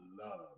love